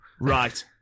Right